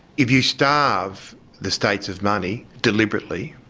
if you starve the states of money deliberately,